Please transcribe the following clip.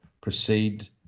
proceed